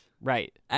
right